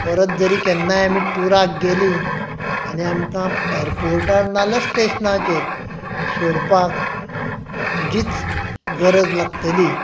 परत जरी केन्नाय आमी टुराक गेलीं आनी आमकां एयरपोर्टार नाजाल्यार स्टेशनाचेर सोडपाक तुजीच गरज लागतली